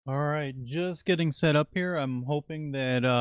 alright, just getting set up here. i'm hoping that,